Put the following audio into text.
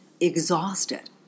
exhausted